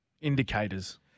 indicators